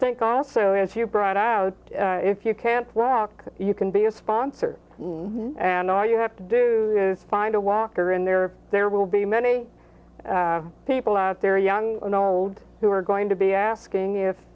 think also as you brought out if you can't rock you can be a sponsor and all you have to do is find a walker in there there will be many people out there young and old who are going to be asking if